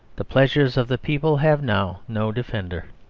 the pleasures of the people have now no defender,